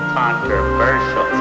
controversial